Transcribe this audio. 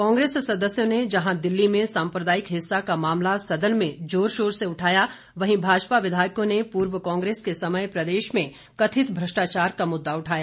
कांग्रेस सदस्यों ने जहां दिल्ली में सांप्रदायिक हिंसा का मामला सदन में जोर शोर से उठाया वहीं भाजपा विधायकों ने पूर्व कांग्रेस के समय प्रदेश में कथित भ्रष्टाचार का मुद्दा उठाया